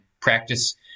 practice